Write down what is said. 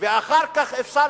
ואחר כך אפשר